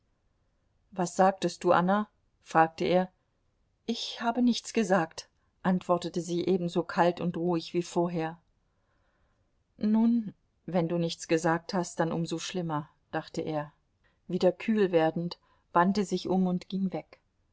was sagtest du anna fragte er ich habe nichts gesagt antwortete sie ebenso kalt und ruhig wie vorher nun wenn du nichts gesagt hast dann um so schlimmer dachte er wieder kühl werdend wandte sich um und ging weg